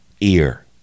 ear